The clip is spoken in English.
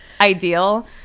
ideal